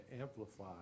amplify